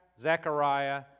Zechariah